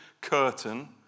curtain